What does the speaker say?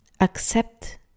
accept